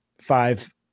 five